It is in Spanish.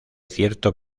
cierto